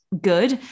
good